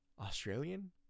Australian